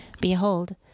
Behold